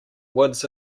woods